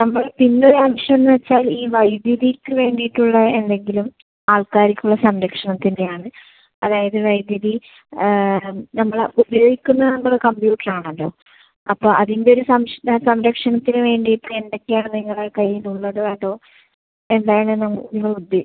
നമ്മള് പിന്നെ ഒര് ആവശ്യമെന്ന് വെച്ചാൽ ഈ വൈദ്യുതിക്ക് വേണ്ടിയിട്ട് ഉള്ള എന്തെങ്കിലും ആൾക്കാർക്ക് ഉള്ള സംരക്ഷണത്തിൻ്റെ ആണ് അതായത് വൈദ്യുതി നമ്മളെ ഉപയോഗിക്കുന്ന നമ്മള് കമ്പ്യൂട്ടറാണല്ലോ അപ്പോൾ അതിൻ്റെ ഒരു സംരക്ഷണ സംരക്ഷണത്തിന് വേണ്ടിയിട്ട് എന്തൊക്കെയാണ് നിങ്ങളുടെ കൈയ്യിൽ ഉള്ളത് അതോ എന്തായിരുന്നു നി നിങ്ങൾ ഉദ്ദേ